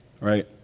right